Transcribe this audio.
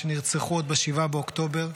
שנרצחו עוד ב-7 באוקטובר,